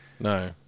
no